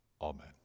amen